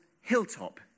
hilltop